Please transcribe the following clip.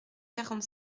quarante